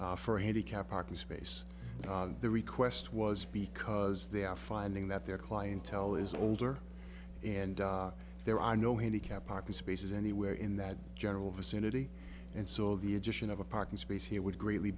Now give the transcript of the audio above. street for a handicapped parking space the request was because they are finding that their clientele is older and there are no handicapped parking spaces anywhere in that general vicinity and so the addition of a parking space here would greatly